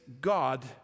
God